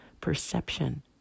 perception